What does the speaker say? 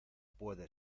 puede